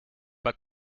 pas